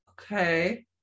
Okay